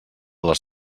les